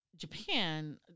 Japan